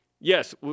yes